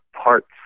parts